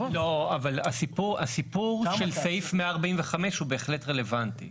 לא, אבל הסיפור של סעיף 145 הוא בהחלט רלוונטי.